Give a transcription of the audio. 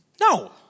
No